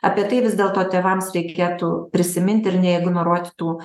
apie tai vis dėlto tėvams reikėtų prisiminti ir neignoruoti tų